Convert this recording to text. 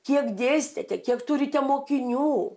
kiek dėstėte kiek turite mokinių